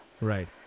Right